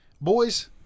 Boys